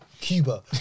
Cuba